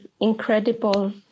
incredible